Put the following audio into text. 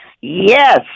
yes